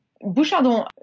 Bouchardon